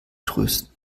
trösten